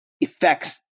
effects